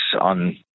on